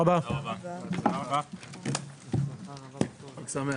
חג שמח.